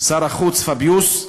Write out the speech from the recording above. שר החוץ פביוס?